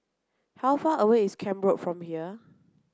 how far away is Camp Road from here